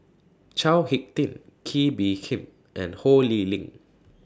Chao Hick Tin Kee Bee Khim and Ho Lee Ling